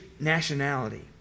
nationality